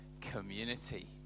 community